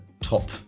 top